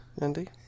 Andy